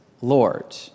Lord